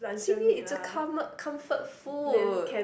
see it's a com~ comfort food